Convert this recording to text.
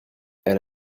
elle